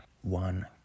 one